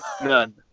none